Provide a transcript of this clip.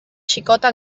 xicota